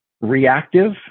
reactive